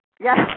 Yes